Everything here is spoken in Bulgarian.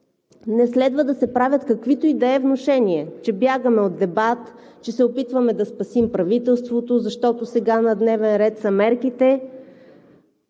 не следва да се правят каквито и да е внушения – че бягаме от дебат, че се опитваме да спасим правителството, защото сега на дневен ред са мерките